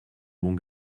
bons